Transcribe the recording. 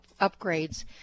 Upgrades